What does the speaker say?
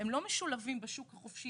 הם לא משולבים בשוק החופשי